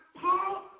Paul